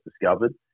discovered